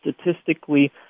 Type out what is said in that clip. statistically